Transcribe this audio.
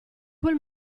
quel